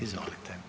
Izvolite.